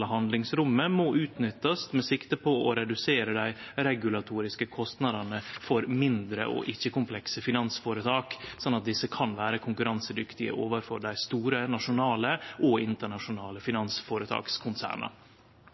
handlingsrommet må utnyttast med sikte på å redusere dei regulatoriske kostnadene for mindre og ikkje-komplekse finansføretak, sånn at desse kan vere konkurransedyktige overfor dei store nasjonale og internasjonale